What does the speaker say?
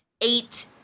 eight